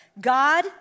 God